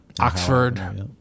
Oxford